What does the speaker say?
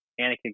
Anakin